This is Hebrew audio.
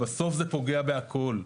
בסוף זה פוגע בכול.